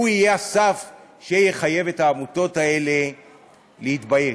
זה יהיה הסף שיחייב את העמותות האלה להתבייש.